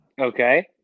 Okay